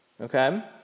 okay